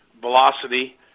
Velocity